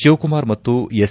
ಶಿವಕುಮಾರ್ ಮತ್ತು ಎಸ್